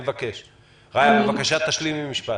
רעיה, בבקשה תשלימי משפט.